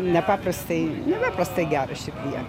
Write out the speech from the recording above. nepaprastai nepaprastai gera širdyje